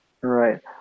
Right